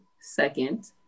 second